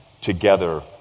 together